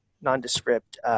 non-descript